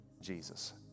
Jesus